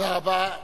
תודה רבה.